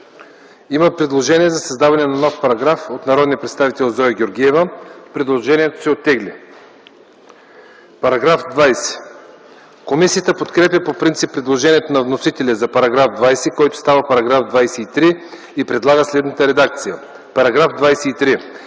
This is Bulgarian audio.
Има предложение за създаване на нов параграф от народния представител Зоя Георгиева. Предложението се оттегля. Комисията подкрепя по принцип предложението на вносителя за § 20, който става § 23, и предлага следната редакция: „§ 23.